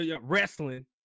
Wrestling